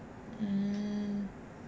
mm